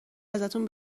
ازتون